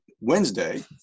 Wednesday